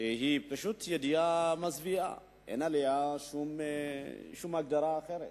שהיא פשוט ידיעה מזוויעה, אין לה שום הגדרה אחרת.